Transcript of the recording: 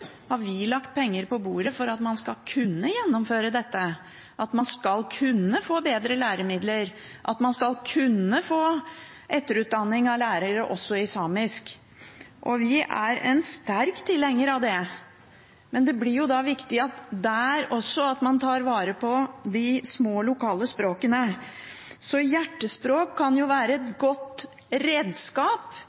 har vi lagt penger på bordet for at man skal kunne gjennomføre dette, at man skal kunne få bedre læremidler, at man skal kunne få etterutdanning av lærere også i samisk. Vi er sterkt tilhenger av det, men det blir viktig også der at man tar vare på de små, lokale språkene. Hjertespråket kan være et godt redskap